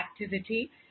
activity